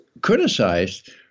criticized